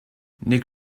nick